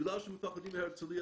בגלל שלא מפחדים מהרצליה,